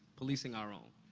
policing our own.